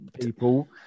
people